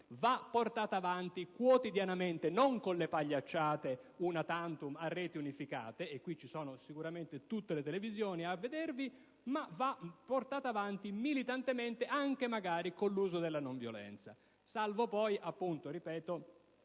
va portata avanti quotidianamente, non con le pagliacciate *una tantum* a reti unificate (e qui ci sono sicuramente tutte le televisioni a vedervi): va portata avanti militantemente, anche con l'uso della non violenza, salvo poi